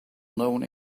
known